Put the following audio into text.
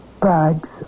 bags